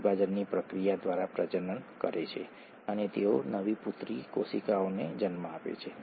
તમને ડીએનએનું મોનોમર મળે છે જે ન્યુક્લિઓટાઇડ છે